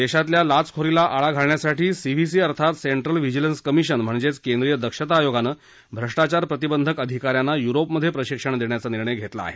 देशातल्या लाचखोरीला आळा घालण्यासाठी सी व्ही सी अर्थात सेंट्ल व्हिजीलन्स कमिशन म्हणजेच केंद्रीय दक्षता आयोगानं भ्रष्टाचार प्रतिबंधक अधिकाऱ्यांना युरोपमध्ये प्रशिक्षण देण्याचा निर्णय घेतला आहे